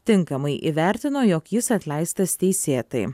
tinkamai įvertino jog jis atleistas teisėtai